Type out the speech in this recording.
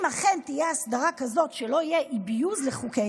אם אכן תהיה הסדרה כזאת שלא יהיה abuse לחוקי-יסוד,